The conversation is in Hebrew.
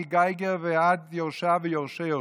מגייגר ועד יורשיו ויורשי-יורשיו,